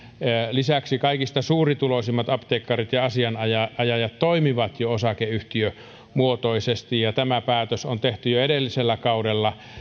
lisäksi kaikista suurituloisimmat apteekkarit ja asianajajat toimivat jo osakeyhtiömuotoisesti ja tämä päätös on tehty jo edellisellä kaudella